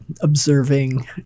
observing